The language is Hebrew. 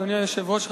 אדוני היושב-ראש,